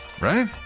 right